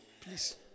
please